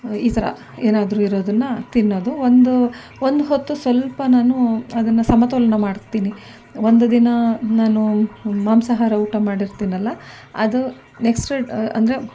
ಈ ಥರ ಏನಾದ್ರೂ ಇರೋದನ್ನು ತಿನ್ನೋದು ಒಂದು ಒಂದು ಹೊತ್ತು ಸ್ವಲ್ಪ ನಾನು ಅದನ್ನು ಸಮತೋಲನ ಮಾಡ್ತೀನಿ ಒಂದು ದಿನ ನಾನು ಮಾಂಸಹಾರ ಊಟ ಮಾಡಿರ್ತೀನಲ್ಲ ಅದು ನೆಕ್ಸ್ಟ್ ಡ್ ಅಂದರೆ